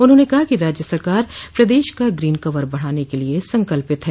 उन्होंने कहा कि राज्य सरकार प्रदेश का ग्रीन कवर बढ़ाने के लिए संकल्पित है